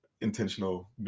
intentional